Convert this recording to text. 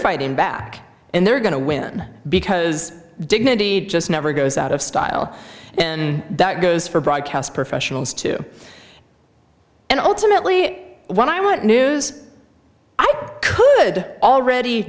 fighting back and they're going to win because dignity just never goes out of style and that goes for broadcast professionals too and ultimately when i want news i could already